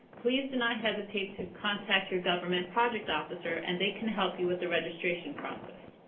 please do not hesitate to contact your government project officer, and they can help you with the registration process.